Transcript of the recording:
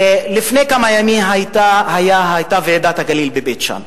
לפני כמה ימים היתה ועידת הגליל בבית-שאן.